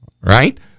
right